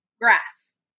Grass